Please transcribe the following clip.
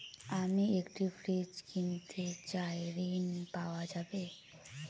আমি একটি ফ্রিজ কিনতে চাই ঝণ পাওয়া যাবে?